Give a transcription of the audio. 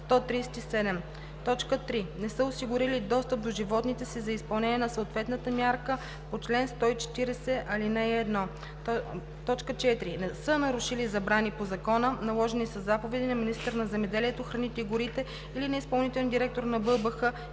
137; 3. не са осигурили достъп до животните си за изпълнение на съответната мярка по чл. 140, ал. 1; 4. са нарушили забрани по закона, наложени със заповеди на министъра на земеделието, храните и горите или на изпълнителния директор на БАБХ